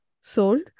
sold